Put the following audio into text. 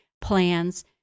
plans